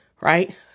right